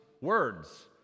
words